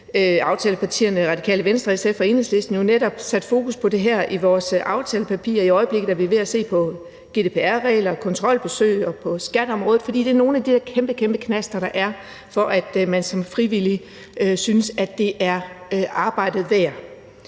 aftalepartierne – Radikale Venstre, SF og Enhedslisten, jo netop sat fokus på det her i vores aftalepapir. I øjeblikket er vi ved at se på GDPR-regler, kontrolbesøg og på skatteområdet, for det er nogle af de der kæmpe, kæmpe knaster, der er, for, at man som frivillig synes, at det er arbejdet værd.